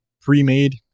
pre-made